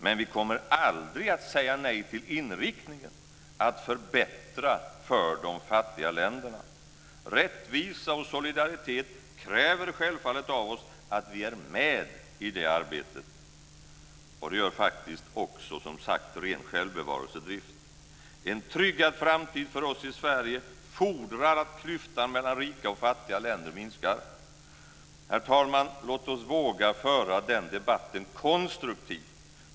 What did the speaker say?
Men vi kommer aldrig att säga nej till inriktningen, att förbättra för de fattiga länderna. Rättvisa och solidaritet kräver självfallet av oss att vi är med i det arbetet. Och det gör vi faktiskt också av ren självbevarelsedrift. En tryggad framtid för oss i Sverige fordrar att klyftan mellan rika och fattiga länder minskar Herr talman! Låt oss våga föra den debatten konstruktivt.